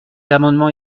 amendements